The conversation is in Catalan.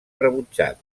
rebutjat